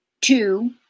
Two